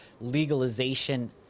legalization